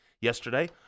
yesterday